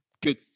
Good